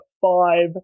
five